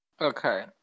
Okay